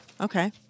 okay